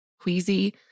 queasy